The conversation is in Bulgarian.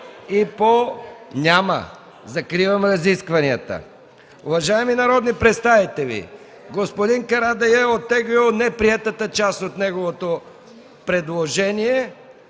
Няма. Закривам разискванията. Уважаеми народни представители, господин Карадайъ е оттеглил неприетата част от неговото предложение,